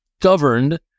governed